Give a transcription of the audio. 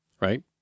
right